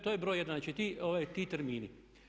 To je broj 1. Znači ti termini.